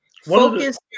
Focus